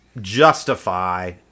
justify